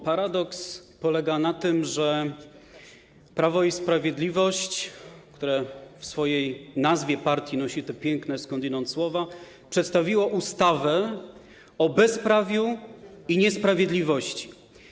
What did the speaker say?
Paradoks polega na tym, że Prawo i Sprawiedliwość, które w nazwie swojej partii zawiera te piękne skądinąd słowa, przedstawiło ustawę o bezprawiu i niesprawiedliwości.